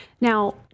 Now